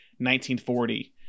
1940